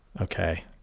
Okay